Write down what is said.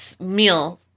meal